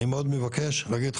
אני מאוד מבקש להגיד,